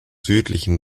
südlichen